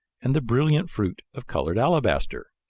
and the brilliant fruit of colored alabaster!